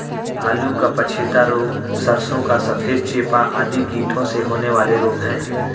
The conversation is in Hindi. आलू का पछेता रोग, सरसों का सफेद चेपा आदि कीटों से होने वाले रोग हैं